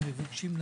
בדרך כלל,